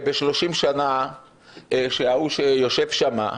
ב-30 שנה שההוא שיושב שם,